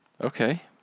okay